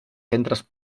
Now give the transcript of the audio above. centres